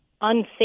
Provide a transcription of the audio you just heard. unsafe